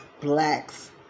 blacks